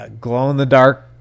glow-in-the-dark